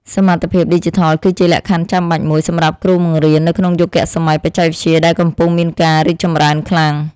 សមត្ថភាពឌីជីថលគឺជាលក្ខខណ្ឌចាំបាច់មួយសម្រាប់គ្រូបង្រៀននៅក្នុងយុគសម័យបច្ចេកវិទ្យាដែលកំពុងមានការរីកចម្រើនខ្លាំង។